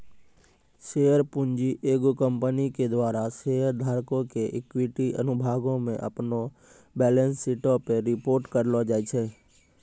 share पूंजी एगो कंपनी के द्वारा शेयर धारको के इक्विटी अनुभागो मे अपनो बैलेंस शीटो पे रिपोर्ट करलो जाय छै